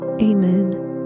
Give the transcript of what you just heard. Amen